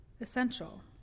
essential